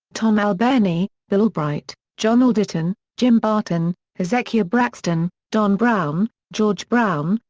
tom alberghini, bill albright, john alderton, jim barton, hezekiah braxton, don brown, george brown,